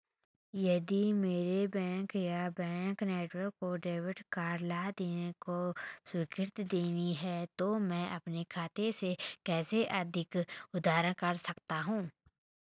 यदि मेरे बैंक या बैंक नेटवर्क को डेबिट कार्ड लेनदेन को स्वीकृति देनी है तो मैं अपने खाते से कैसे अधिक आहरण कर सकता हूँ?